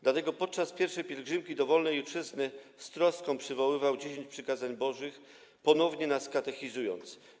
Dlatego podczas pierwszej pielgrzymki do wolnej ojczyzny z troską przywoływał dziesięć przykazań Bożych, ponownie nas katechizując.